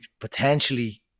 potentially